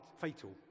fatal